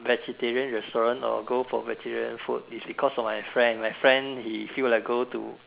vegetarian restaurant or go for vegetarian food is because of my friend my friend he feel like go to